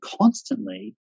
constantly